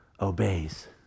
obeys